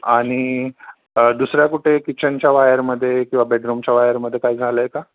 आणि दुसऱ्या कुठे किचनच्या वायरमध्ये किंवा बेडरूमच्या वायरमध्ये काय झालं आहे का